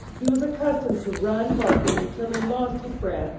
he was accustomed to run barking until he lost his breath,